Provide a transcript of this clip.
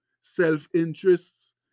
self-interests